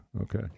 Okay